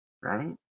right